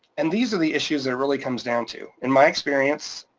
and these are the issues that it really comes down to. in my experience,